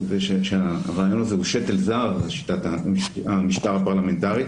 על כך שהרעיון הזה הוא שתל זר לשיטת המשטר הפרלמנטרית